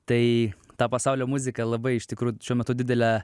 tai ta pasaulio muzika labai iš tikrųjų šiuo metu didelę